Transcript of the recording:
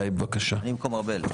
אני במקום ארבל.